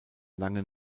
langen